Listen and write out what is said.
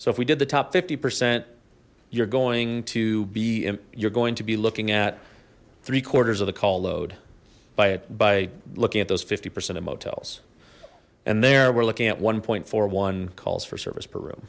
so if we did the top fifty percent you're going to be you're going to be looking at three quarters of the call load by it by looking at those fifty percent of motels and there we're looking at one point four one calls for service per room